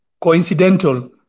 coincidental